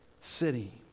city